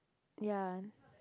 ya